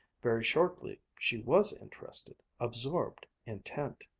very shortly she was interested, absorbed, intent.